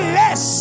less